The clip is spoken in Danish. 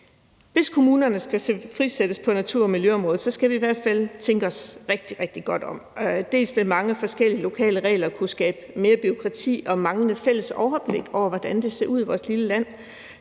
Hvis kommunerne skal frisættes på natur- og miljøområdet, skal vi i hvert fald tænke os rigtig, rigtig godt om. Bl.a. vil mange forskellige lokale regler kunne skabe mere bureaukrati og manglende fælles overblik over, hvordan det ser ud i vores lille land.